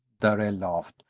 darrell laughed,